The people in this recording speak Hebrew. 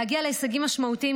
להגיע להישגים משמעותיים,